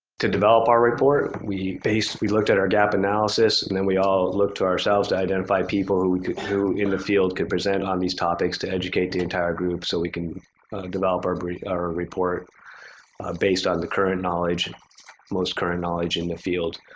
to develop our report, we based we looked at our gap analysis and then we all looked to ourselves to identify people who could who could who in the field could present on these topics to educate the entire group so we can develop our brief our report based on the current knowledge and most current knowledge in the field.